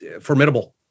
formidable